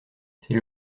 c’est